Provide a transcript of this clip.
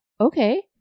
okay